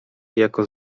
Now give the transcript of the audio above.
jako